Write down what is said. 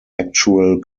actual